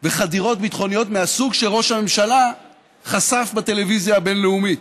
וחדירות ביטחוניות מהסוג שראש הממשלה חשף בטלוויזיה הבין-לאומית.